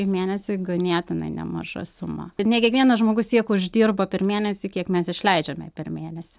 į mėnesį ganėtinai nemaža suma ir ne kiekvienas žmogus tiek uždirba per mėnesį kiek mes išleidžiame per mėnesį